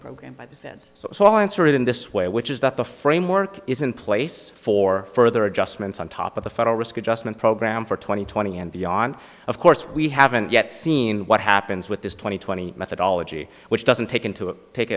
program by the feds so i'll answer it in this way which is that the framework is in place for further adjustments on top of the federal risk adjustment program for two thousand and twenty and beyond of course we haven't yet seen what happens with this twenty twenty methodology which doesn't take into a take